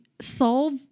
solve